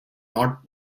not